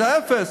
זה אפס,